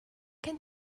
can